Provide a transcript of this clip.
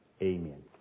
Amen